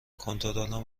کنترلم